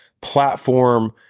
platform